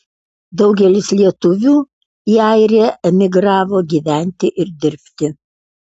daugelis lietuvių į airiją emigravo gyventi ir dirbti